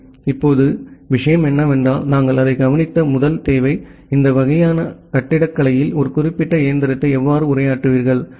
சரி இப்போது விஷயம் என்னவென்றால் நாங்கள் அதைக் கவனித்த முதல் தேவை இந்த வகையான கட்டிடக்கலையில் ஒரு குறிப்பிட்ட இயந்திரத்தை எவ்வாறு உரையாற்றுவீர்கள்